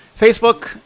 Facebook